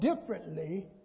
differently